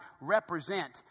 represent